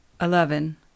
eleven